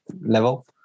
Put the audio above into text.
level